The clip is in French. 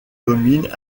domine